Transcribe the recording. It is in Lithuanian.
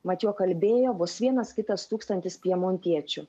mat juo kalbėjo bus vienas kitas tūkstantis pjemontiečių